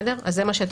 זה מה שאתם רואים כאן.